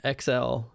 XL